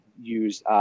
use